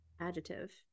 Adjective